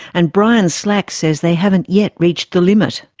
and brian slack says they haven't yet reached the limit.